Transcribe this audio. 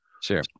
Sure